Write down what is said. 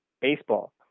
baseball